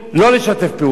לא לשתף פעולה,